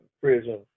prison